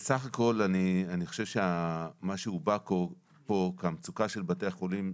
בסך הכל אני חושב שמה שהובא פה כמצוקה של בתי החולים,